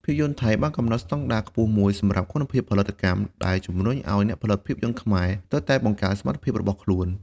ភាពយន្តថៃបានកំណត់ស្តង់ដារខ្ពស់មួយសម្រាប់ គុណភាពផលិតកម្ម ដែលជំរុញឲ្យអ្នកផលិតភាពយន្តខ្មែរត្រូវតែបង្កើនសមត្ថភាពរបស់ខ្លួន។